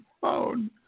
phone